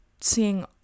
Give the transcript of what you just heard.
seeing